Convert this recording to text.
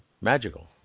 magical